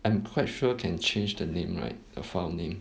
I'm quite sure can change the name right the file name